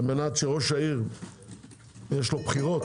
לראש העיר יש לו בחירות,